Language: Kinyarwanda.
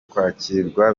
kwakirwa